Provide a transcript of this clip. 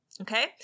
Okay